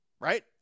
right